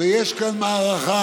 ויש כאן מערכה,